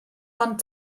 ond